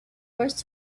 first